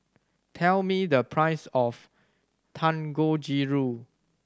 tell me the price of Dangojiru